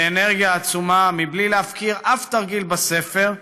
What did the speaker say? באנרגיה עצומה, בלי להפקיר אף תרגיל בספר,